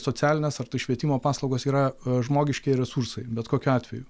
socialinės ar tai švietimo paslaugos yra žmogiškieji resursai bet kokiu atveju